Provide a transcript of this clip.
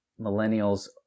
millennials